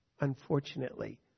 unfortunately